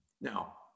Now